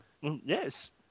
Yes